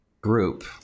group